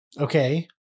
Okay